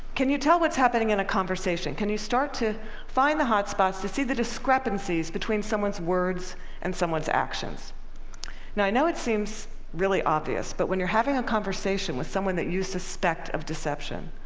can you tell what's happening in a conversation? can you start to find the hot spots to see the discrepancies between someone's words and someone's actions? now, i know it seems really obvious, but when you're having a conversation with someone you suspect of deception,